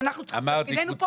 שאנחנו הבאנו פה להבהיר.